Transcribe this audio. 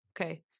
Okay